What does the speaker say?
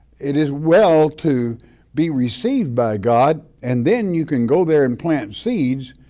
it is well to be received by god and then you can go there and plant seeds,